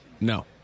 No